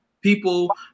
people